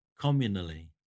communally